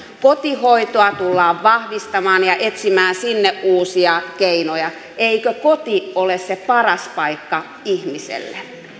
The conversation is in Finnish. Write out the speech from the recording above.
kotihoitoa tullaan vahvistamaan ja etsimään sinne uusia keinoja eikö koti ole se paras paikka ihmiselle